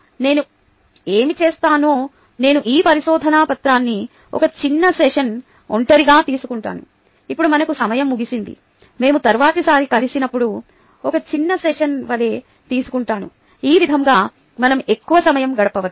నేను ఏమి చేస్తానో నేను ఈ పరిశోధన పత్రాన్ని ఒక చిన్న సెషన్ ఒంటరిగా తీసుకుంటాను ఇప్పుడు మనకు సమయం ముగిసింది మేము తరువాతిసారి కలిసినప్పుడు ఒక చిన్న సెషన్ వలె తీసుకుంటాను ఆ విధంగా మనం ఎక్కువ సమయం గడపవచ్చు